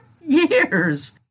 years